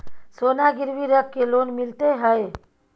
सोना गिरवी रख के लोन मिलते है?